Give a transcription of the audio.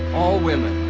all women.